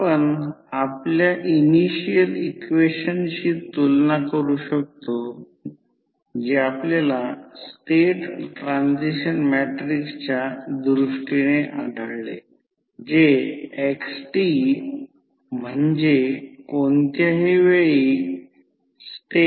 एक ideal transformer म्हणजे त्याचे टर्न रेशिओ 81 आहे आणि प्रायमरी करंट 3 अँपिअर आहे जेव्हा ते 240 व्होल्टला जोडले जाते तेव्हा सेकंडरी व्होल्टेज आणि करंटची गणना करा